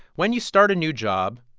when you start a new job,